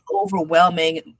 overwhelming